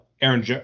Aaron